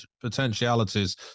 potentialities